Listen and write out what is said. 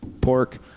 pork